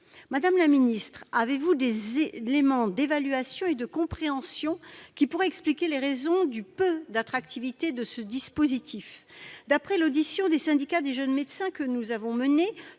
Madame la ministre, avez-vous des éléments d'évaluation et de compréhension qui pourraient expliquer les raisons du peu d'attractivité de ce dispositif ?